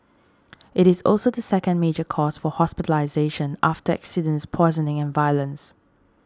it is also the second major cause for hospitalisation after accidents poisoning and violence